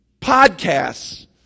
podcasts